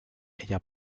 ella